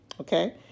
Okay